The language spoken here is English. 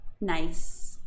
nice